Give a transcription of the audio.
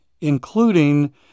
including